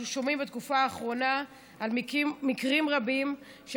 אנחנו שומעים בתקופה האחרונה על מקרים רבים של